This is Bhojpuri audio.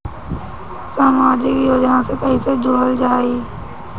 समाजिक योजना से कैसे जुड़ल जाइ?